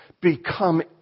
become